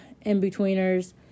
in-betweeners